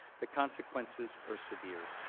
the consequences are severe.